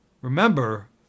Remember